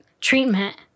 treatment